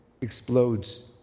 explodes